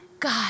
God